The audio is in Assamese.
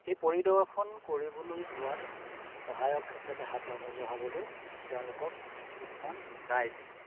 এই পৰিদৰ্শন কৰিবলৈ যোৱাত সহায়ক হিচাপে হাত আগবঢ়াবলৈ তেওঁলোকক কিছুমান গাইড